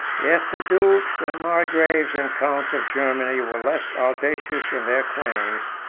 if the dukes, margraves, and counts of germany, were less audacious in their claims,